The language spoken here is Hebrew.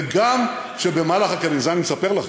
וגם את זה אני מספר לכם,